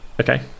Okay